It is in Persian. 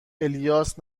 الیاس